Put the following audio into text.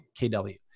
KW